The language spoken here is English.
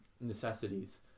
Necessities